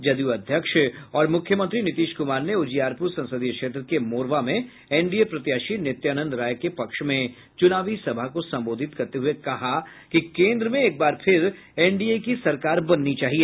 जदयू अध्यक्ष और मुख्यमंत्री नीतीश कुमार ने उजियारपूर संसदीय क्षेत्र के मोरवा में एनडीए प्रत्याशी नित्यानंद राय के पक्ष में चूनावी सभा को संबोधित करते हुये कहा कि केन्द्र में एक बार फिर एनडीए की सरकार बननी चाहिए